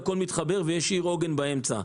הכול מתחבר ויש עיר עוגן באמצע.